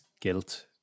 guilt